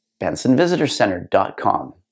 bensonvisitorcenter.com